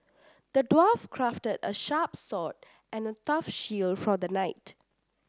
the dwarf crafted a sharp sword and a tough shield for the knight